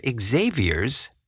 Xavier's